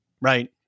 right